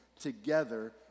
together